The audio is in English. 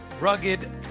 rugged